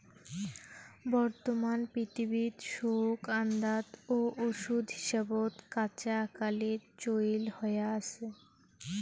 বর্তমান পৃথিবীত সৌগ আন্দাত ও ওষুধ হিসাবত কাঁচা আকালির চইল হয়া আছে